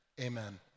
Amen